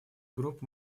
групп